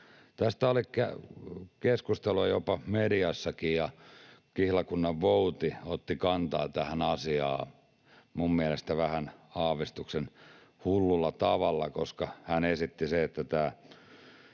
Tästä oli keskustelua jopa mediassakin, ja kihlakunnanvouti otti kantaa tähän asiaan minun mielestäni vähän, aavistuksen, hullulla tavalla, koska hän esitti sen, että tämä